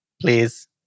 please